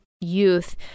youth